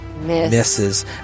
misses